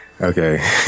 okay